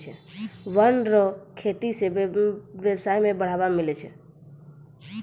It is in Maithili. वन रो खेती से व्यबसाय में बढ़ावा मिलै छै